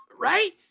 right